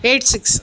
eight six